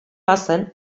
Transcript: bazen